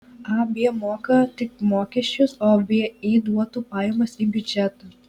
ab moka tik mokesčius o vį duotų pajamas į biudžetą